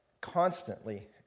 constantly